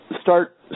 start